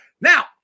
Now